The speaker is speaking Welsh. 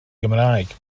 gymraeg